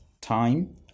time